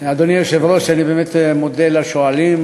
אדוני היושב-ראש, אני באמת מודה לשואלים.